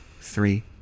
three